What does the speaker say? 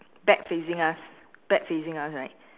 back facing us back facing us right